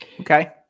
Okay